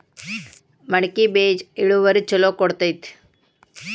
ಮಡಕಿ ಬೇಜ ಇಳುವರಿ ಛಲೋ ಕೊಡ್ತೆತಿ?